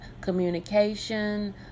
communication